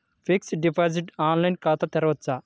Fixed deposit online ఖాతా తెరువవచ్చా?